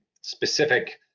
specific